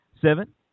seven